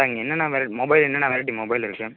sir இங்க என்னென்ன mobile என்னென்ன வெரைட்டி மொபைல் இருக்கு